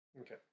Okay